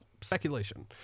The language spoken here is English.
speculation